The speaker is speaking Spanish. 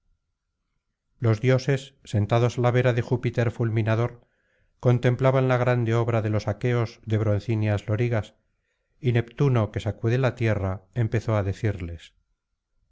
los dioses sentados á la vera de júpiter fulminador contemplaban la grande obra de los aqueos de broncíneas lorigas y neptuno que sacude la tierra empezó á decirles